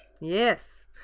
yes